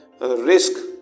risk